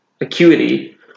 acuity